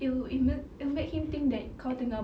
it will even it make him think that kau tengah